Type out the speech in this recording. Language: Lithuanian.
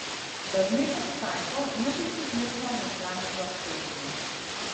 dažnai pasitaiko netaisyklingo hegzametro skaitymo